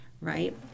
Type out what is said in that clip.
Right